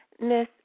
Miss